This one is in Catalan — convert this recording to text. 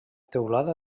teulada